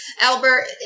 Albert